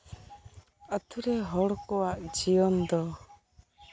ᱟᱛᱩ ᱨᱮ ᱦᱚᱲ ᱠᱚᱣᱟᱜ ᱡᱤᱭᱚᱱ ᱫᱚ